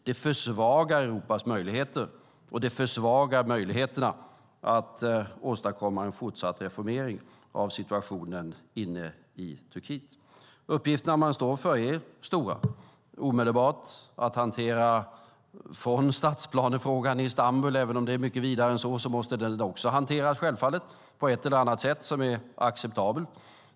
Det försvagar Europas möjligheter, och det försvagar möjligheterna att åstadkomma en fortsatt reformering av situationen inne i Turkiet. Uppgifterna man står inför är stora. Det handlar om att hantera stadsplanefrågan i Istanbul, även om det är mycket vidare än så måste den självfallet också hanteras på ett eller annat sätt som är acceptabelt.